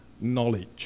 knowledge